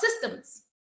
systems